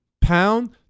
Pound